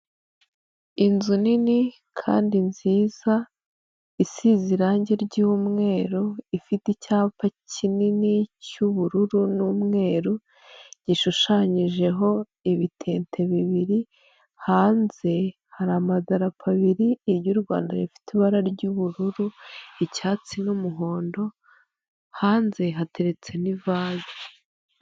Inzu nini kandi nziza isize irange ry'umweru, ifite icyapa kinini cy'ubururu n'umweru, gishushanyijeho ibitente bibiri. Hanze hari amadapo abiri iry'u Rwanda rifite ibara ry'ubururu, icyatsi n'umuhondo, hanze hateretse n'ivaze.